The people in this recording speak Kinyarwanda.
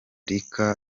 rica